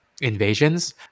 invasions